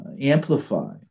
amplify